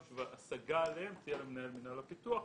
ההשגה עליהן תהיה למנהל מינהל הפיתוח.